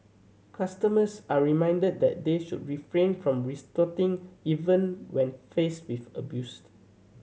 customers are reminded that they should refrain from retorting even when faced with abused